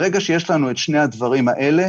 ברגע שיש לנו את שני הדברים האלה